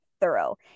thorough